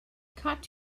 cut